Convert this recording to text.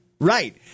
Right